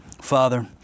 Father